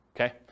Okay